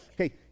Okay